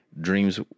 dreams